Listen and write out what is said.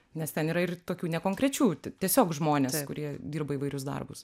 nes ten yra ir tokių nekonkrečių tiesiog žmonės kurie dirba įvairius darbus